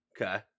okay